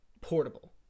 portable